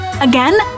Again